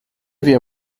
wie